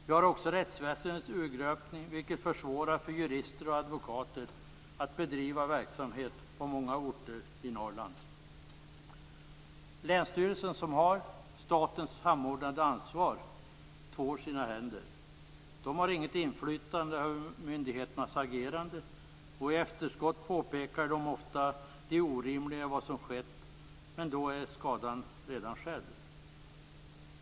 Vi har också en urgröpning av rättsväsendet, vilket försvårar för jurister och advokater att bedriva verksamhet på många orter i Norrland. Länsstyrelserna, som har statens samordnade ansvar, tvår sina händer. De har inget inflytande över myndigheternas agerande. I efterskott påpekar de ofta det orimliga i vad som gjorts, men då är skadan redan skedd.